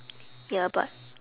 ya but